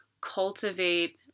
cultivate